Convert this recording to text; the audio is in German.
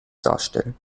darstellen